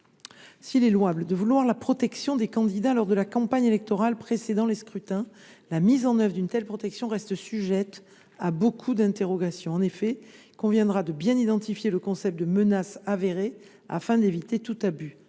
S’il est louable de vouloir protéger les candidats lors de la campagne électorale précédant les scrutins, la mise en œuvre d’une telle protection reste sujette à beaucoup d’interrogations. En effet, il conviendra de bien identifier le concept de menace avérée, afin d’éviter tout abus.